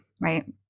right